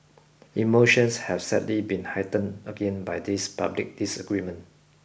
emotions have sadly been heightened again by this public disagreement